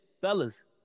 Fellas